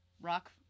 rock